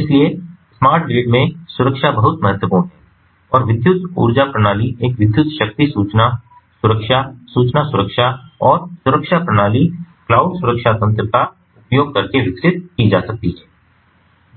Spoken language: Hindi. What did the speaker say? इसलिए स्मार्ट ग्रिड में सुरक्षा बहुत महत्वपूर्ण है और विद्युत ऊर्जा प्रणाली एक विद्युत शक्ति सूचना सुरक्षा सूचना सुरक्षा और सुरक्षा प्रणाली क्लाउड सुरक्षा तंत्र का उपयोग करके विकसित की जा सकती है